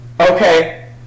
Okay